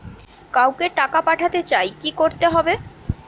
কাউকে টাকা পাঠাতে চাই কি করতে হবে?